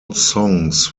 songs